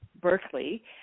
Berkeley